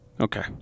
Okay